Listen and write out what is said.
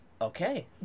Okay